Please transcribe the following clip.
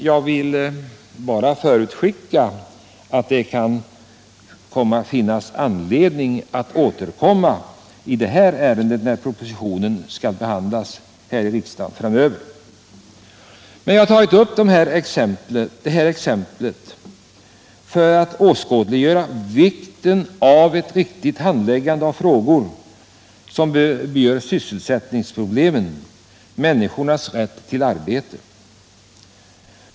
Jag vill bara förutskicka att det kan komma att finnas anledning att återkomma i detta ärende när propositionen skall behandlas här i riksdagen. Jag har tagit upp detta exempel för att åskådliggöra vikten av ett riktigt handläggande av frågor som berör sysselsättningsproblemen och människornas rätt till arbete.